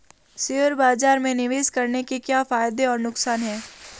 Share बाज़ार में निवेश करने के क्या फायदे और नुकसान हैं?